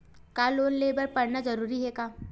का लोन ले बर पढ़ना जरूरी हे का?